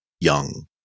young